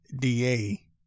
DA